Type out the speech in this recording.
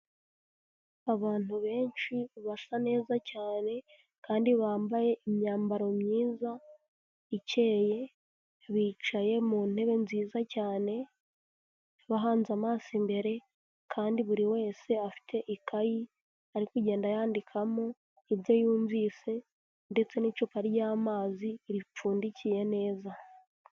Abantu benshi basa neza cyane kandi bambaye imyambaro myiza ikeye, bicaye mu ntebe nziza cyane bahanze amaso imbere, kandi buri wese afite ikayi ari kugenda yandikamo ibyo yumvise ndetse n'icupa ry'amazi ripfundikiye neza.